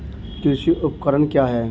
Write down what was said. कृषि उपकरण क्या है?